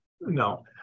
no